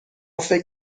فکر